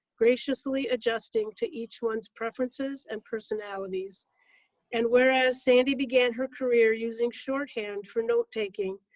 graciously adjusting to each one's preferences and personalities and whereas sandy began her career using shorthand for note taking,